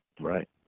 Right